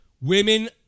women